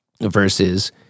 versus